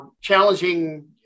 challenging